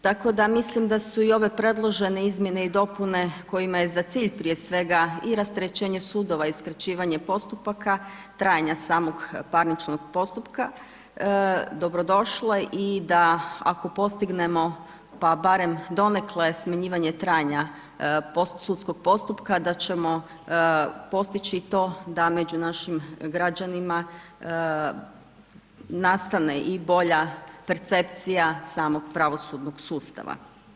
Tako da mislim da su i ove predložene izmjene i dopune, kojima je za cilj prije svega i rasterećenje sudova i skraćivanje postupaka, trajanja samog parničkog postupka dobrodošle i da ako postignemo pa barem, donekle, smanjivanje trajanja sudskog postupka, da ćemo postići i to, da među našim građanima, nastane i bolja percepcija smog pravosudnog sustava.